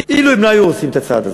אילו הם לא היו עושים את הצעד הזה,